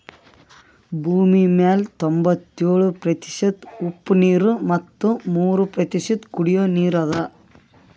ಭೂಮಿಮ್ಯಾಲ್ ತೊಂಬತ್ಯೋಳು ಪ್ರತಿಷತ್ ಉಪ್ಪ್ ನೀರ್ ಮತ್ ಮೂರ್ ಪ್ರತಿಷತ್ ಕುಡಿಯೋ ನೀರ್ ಅದಾ